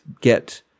get